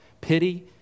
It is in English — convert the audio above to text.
pity